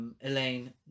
Elaine